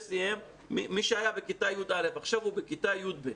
מי שהיה בכיתה י"א, עכשיו הוא בכיתה י"ב.